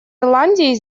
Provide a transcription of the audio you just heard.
ирландии